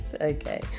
Okay